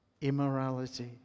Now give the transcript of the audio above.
immorality